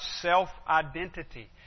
self-identity